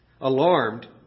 Alarmed